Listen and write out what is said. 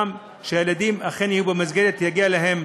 שהילדים אכן יהיו במסגרת ויגיע להם